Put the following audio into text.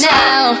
now